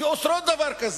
שאוסרות דבר כזה.